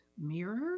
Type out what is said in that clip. mirror